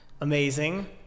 amazing